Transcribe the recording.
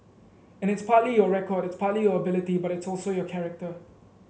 and it's partly your record it's partly your ability but it's also your character